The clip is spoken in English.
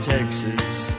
Texas